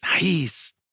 Nice